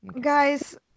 guys